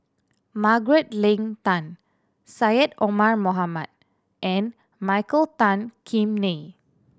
Margaret Leng Tan Syed Omar Mohamed and Michael Tan Kim Nei